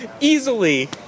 easily